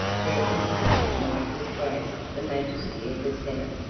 their insolence might disgrace the majesty of the senate,